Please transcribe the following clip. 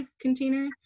container